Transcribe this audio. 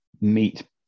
meet